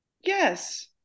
yes